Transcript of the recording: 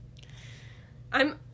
I'm-